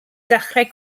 dechrau